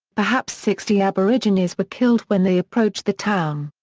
perhaps sixty aborigines were killed when they approached the town.